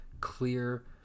clear